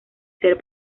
ser